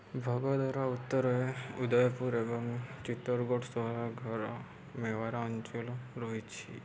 ଭଗଦର ଉତ୍ତରରେ ଉଦୟପୁର ଏବଂ ଚି଼ତ୍ତୋରଗଡ଼ ସହରର ଘର ମେୱାର ଅଞ୍ଚଳ ରହିଛି